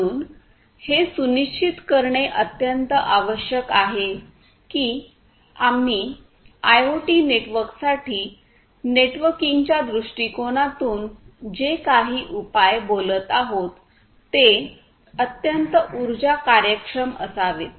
म्हणून हे सुनिश्चित करणे अत्यंत आवश्यक आहे की आम्ही आयओटी नेटवर्कसाठी नेटवर्किंग च्या दृष्टिकोनातून जे काही उपाय बोलत आहोत ते अत्यंत उर्जा कार्यक्षम असावेत